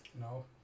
no